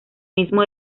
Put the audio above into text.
mismo